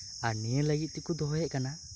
ᱟᱨ ᱱᱤᱭᱟᱹ ᱞᱟᱹᱜᱤᱫ ᱛᱮᱠᱚ ᱫᱚᱦᱚᱭᱮᱫ ᱠᱟᱱᱟ